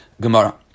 Gemara